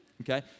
Okay